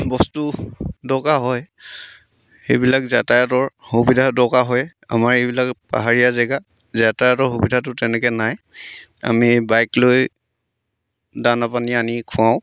বস্তু দৰকাৰ হয় সেইবিলাক যাতায়াতৰ সুবিধা দৰকাৰ হয় আমাৰ এইবিলাক পাহাৰীয়া জেগা যাতায়াতৰ সুবিধাটো তেনেকৈ নাই আমি বাইক লৈ দানা পানী আনি খুৱাওঁ